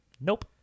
nope